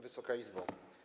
Wysoka Izbo!